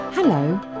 Hello